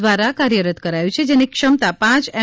દ્વારા કાર્યરત કરાયું છે જેની ક્ષમતા પાંચ એમ